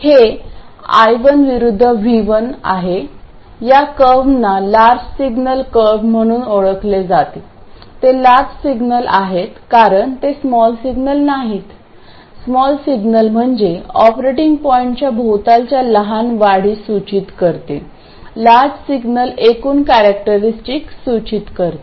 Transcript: हे I1 विरूद्ध V1 या कर्वना लार्ज सिग्नल कर्व म्हणून ओळखले जाते ते लार्ज सिग्नल आहेत कारण ते स्मॉल सिग्नल नाहीत स्मॉल सिग्नल म्हणजे ऑपरेटिंग पॉईंटच्या भोवतालच्या लहान वाढीस सूचित करते लार्ज सिग्नल एकूण कॅरॅक्टरीस्टिक सूचित करते